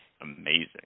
amazing